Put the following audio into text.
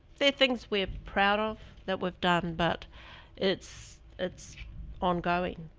there are things we're proud of that we've done, but it's it's ongoing.